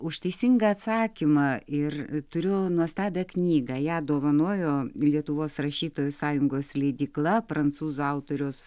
už teisingą atsakymą ir turiu nuostabią knygą ją dovanojo lietuvos rašytojų sąjungos leidykla prancūzų autoriaus